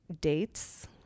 dates